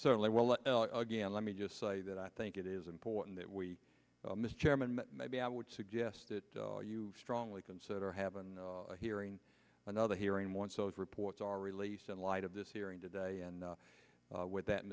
certainly well again let me just say that i think it is important that we miss chairman maybe i would suggest that you strongly consider haven't hearing another hearing more so if reports are released in light of this hearing today and with that